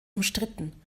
umstritten